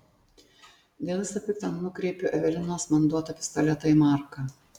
dėl visa pikta nukreipiu evelinos man duotą pistoletą į marką